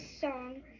song